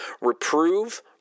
Reprove